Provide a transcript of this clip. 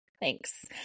Thanks